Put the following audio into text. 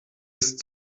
ist